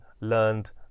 learned